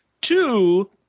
Two